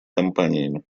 компаниями